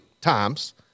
times